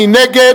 מי נגד?